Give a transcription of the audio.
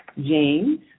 James